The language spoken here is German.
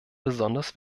besonders